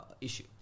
issue